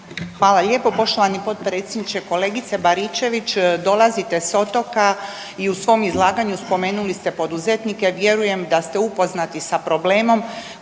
Hvala lijepo poštovani potpredsjedniče. Kolegice Baričević, dolazite sa otoka i u svom izlaganju spomenuli ste poduzetnike. Vjerujem da ste upoznati sa problemom